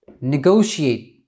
negotiate